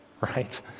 right